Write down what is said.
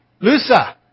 Lusa